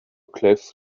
cliff